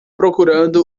procurando